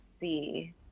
see